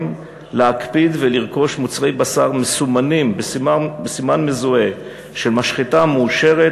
להקפיד לרכוש מוצרי בשר מסומנים בסימן מזוהה של משחטה מאושרת